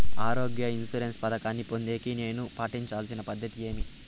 ఆరోగ్య ఇన్సూరెన్సు పథకాన్ని పొందేకి నేను పాటించాల్సిన పద్ధతి ఏమి?